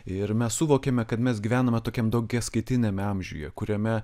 ir mes suvokiame kad mes gyvename tokiam daugiskaitiniam amžiuje kuriame